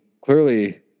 clearly